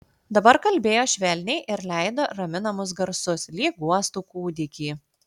dabar kalbėjo švelniai ir leido raminamus garsus lyg guostų kūdikį